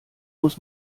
muss